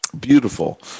Beautiful